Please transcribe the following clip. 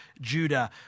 Judah